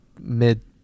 mid